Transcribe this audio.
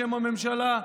בשם הממשלה,